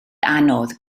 anodd